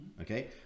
Okay